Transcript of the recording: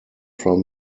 from